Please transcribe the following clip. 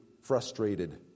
frustrated